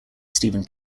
stephen